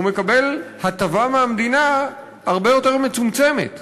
הוא מקבל מהמדינה הטבה הרבה יותר מצומצמת,